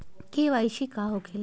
KYC का होवेला?